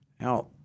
Now